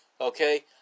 okay